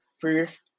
first